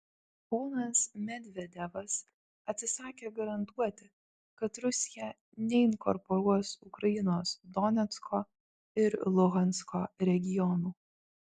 ponas medvedevas atsisakė garantuoti kad rusija neinkorporuos ukrainos donecko ir luhansko regionų